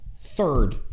Third